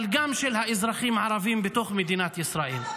אבל גם של האזרחים הערבים בתוך מדינת ישראל.